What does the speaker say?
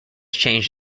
changed